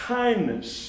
kindness